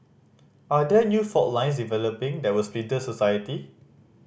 are there new fault lines developing that will splinter society